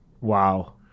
Wow